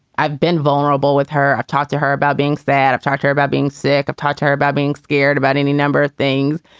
i've been vulnerable with her. i've talked to her about being sad. i've talked to her about being sick. i've talked to her about being scared about any number of things.